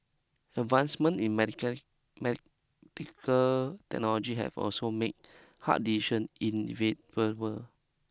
advancements in medical technology have also made hard decision inevitable